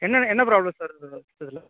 என்ன என்ன problem sir அது அதில்